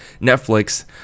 netflix